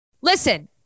listen